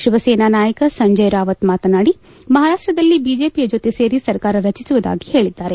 ಶಿವಸೇನಾ ನಾಯಕ ಸಂಜಯ್ ರಾವತ್ ಮಾತನಾಡಿ ಮಹಾರಾಷ್ಷದಲ್ಲಿ ಬಿಜೆಪಿ ಜೊತೆ ಸೇರಿ ಸರ್ಕಾರ ರಚಿಸುವುದಾಗಿ ಹೇಳದ್ದಾರೆ